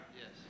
Yes